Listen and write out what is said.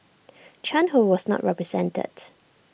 chan who was not represented